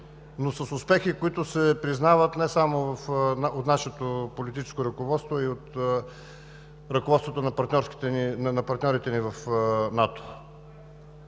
но с успехи, които се признават не само от нашето политическо ръководство, но и от ръководството на партньорите ни в НАТО.